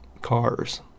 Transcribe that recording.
cars